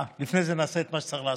לפני זה נעשה את מה שצריך לעשות.